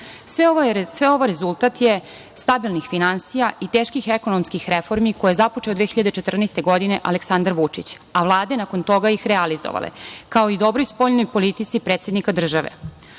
ovo je rezultat stabilnih finansija i teških ekonomskih reformi koje je započeo 2014. godine Aleksandar Vučić, a vlade nakon toga ih i realizovale, kao i dobroj spoljnoj politici predsednika države. Kao